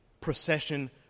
procession